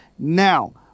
Now